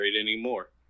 anymore